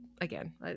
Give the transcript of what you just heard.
Again